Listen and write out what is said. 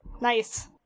Nice